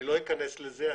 לא אכנס לזה.